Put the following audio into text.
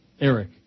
Eric